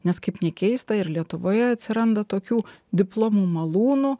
nes kaip ne keista ir lietuvoje atsiranda tokių diplomų malūnų